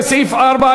לסעיף 4,